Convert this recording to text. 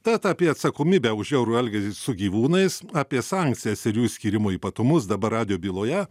tad apie atsakomybę už žiaurų elgesį su gyvūnais apie sankcijas ir jų skyrimo ypatumus dabar radijo byloje